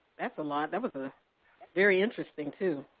that's a lot. that was ah very interesting too.